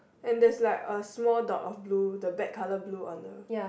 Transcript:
and there's like a small dot of blue the bag color blue on the